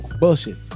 Bullshit